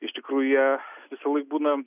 iš tikrųjų jie visąlaik būna